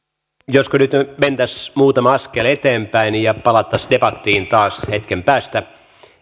josko nyt mentäisiin muutama askel eteenpäin ja palattaisiin debattiin taas hetken päästä